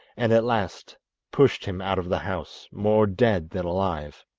and at last pushed him out of the house more dead than alive.